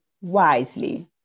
wisely